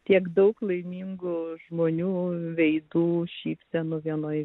tiek daug laimingų žmonių veidų šypsenų vienoj